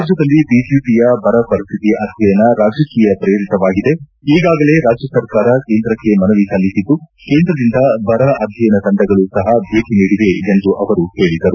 ರಾಜ್ಜದಲ್ಲಿ ಬಿಜೆಪಿಯ ಬರಪರಿಸ್ತಿತಿ ಅಧ್ಯಯನ ರಾಜಕೀಯ ಪ್ರೇರಿತವಾಗಿದೆ ಈಗಾಗಲೇ ರಾಜ್ಯ ಸರ್ಕಾರ ಕೇಂದ್ರಕ್ಕೆ ಮನವಿ ಸಲ್ಲಿಸಿದ್ದು ಕೇಂದ್ರದಿಂದ ಬರ ಅಧ್ಯಯನ ತಂಡಗಳು ಸಹ ಭೇಟಿ ನೀಡಿವೆ ಎಂದು ಅವರು ಹೇಳಿದರು